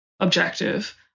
objective